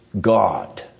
God